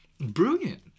Brilliant